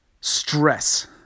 stress